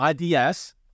IDS